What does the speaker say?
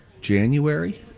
January